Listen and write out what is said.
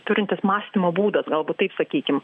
turintis mąstymo būdas galbūt taip sakykim